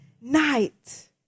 night